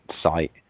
site